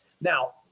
Now